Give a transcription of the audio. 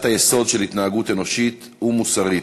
היסוד של התנהגות אנושית ומוסרית,